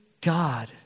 God